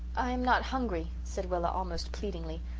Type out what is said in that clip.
i am not hungry, said rilla almost pleadingly.